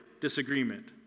disagreement